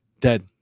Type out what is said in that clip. dead